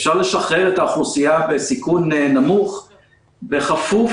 אפשר לשחרר את האוכלוסייה בסיכון נמוך בכפוף